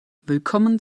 willkommen